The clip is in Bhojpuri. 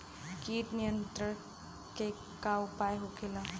कीट नियंत्रण के का उपाय होखेला?